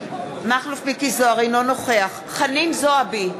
אינו נוכח חנין זועבי,